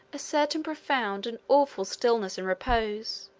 a certain profound and awful stillness and repose,